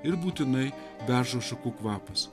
ir būtinai beržo šakų kvapas